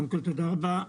בבקשה.